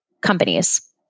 companies